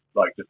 like, just